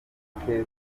ubukwe